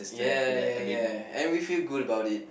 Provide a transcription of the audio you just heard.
ya ya ya and we feel good about it